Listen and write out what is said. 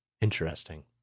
Interesting